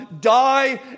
die